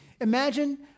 Imagine